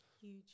Huge